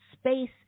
space